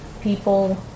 people